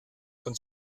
von